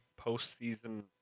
postseason